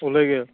ওলে গেল